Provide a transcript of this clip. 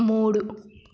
మూడు